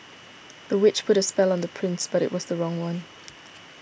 the witch put a spell on the prince but it was the wrong one